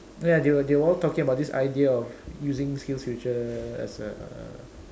ya they were they were all talking about this idea of using Skills-Future as a